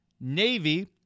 Navy